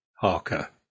Harker